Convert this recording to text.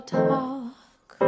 talk